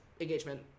engagement